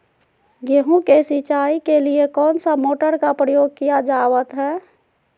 गेहूं के सिंचाई के लिए कौन सा मोटर का प्रयोग किया जावत है?